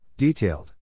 Detailed